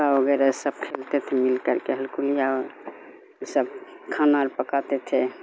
انٹا وغیرہ سب کھیلتے تھے مل کر کے یہ سب کھانا پکاتے تھے